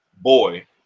boy